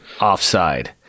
offside